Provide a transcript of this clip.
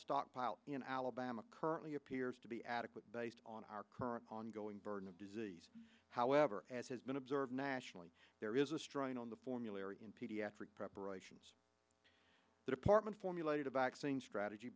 stockpiles in alabama currently appears to be adequate based on our current ongoing burden of disease however as has been observed nationally there is a strain on the formulary in pediatric preparations the department formulated a vaccine strategy